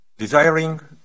desiring